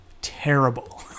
terrible